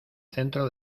centro